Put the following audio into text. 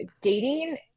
dating